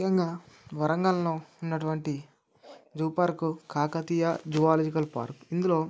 ముఖ్యంగా వరంగల్లో ఉన్నటువంటి zoo park Kakatiya zoological park ఇందులో